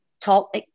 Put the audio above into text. talk